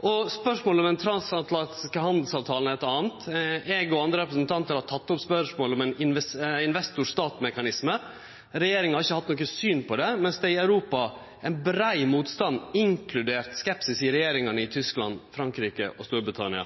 og spørsmålet om den transatlantiske handelsavtalen er eit anna eksempel. Eg og andre representantar har teke opp spørsmålet om ein investor-stat-mekanisme. Regjeringa har ikkje hatt noko syn på det, mens det i Europa er ein brei motstand – inkludert skepsis i regjeringane i Tyskland, Frankrike og Storbritannia.